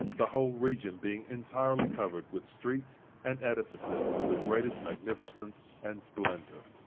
the whole region being entirely covered with streets and edifices of the greatest magnificence and splendor.